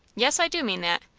yes, i do mean that.